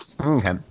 Okay